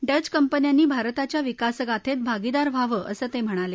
Dutch कंपन्यांनी भारताच्या विकासगाथेत भागीदार व्हावं असं ते म्हणाले